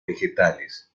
vegetales